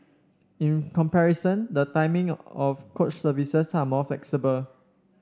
in comparison the timing of coach services are more flexible